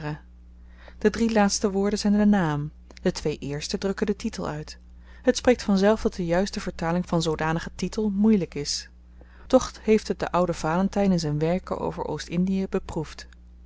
de drie laatste woorden zyn de naam de twee eersten drukken den titel uit het spreekt vanzelf dat de juiste vertaling van zoodanigen titel moeielyk is toch heeft het de oude valentyn in z'n werken over oost-indie beproefd